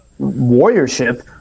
warriorship